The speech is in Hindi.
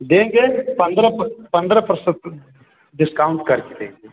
देंगे पन्द्रह पर पन्द्रह प्रसत डिस्काउंट करके देंगे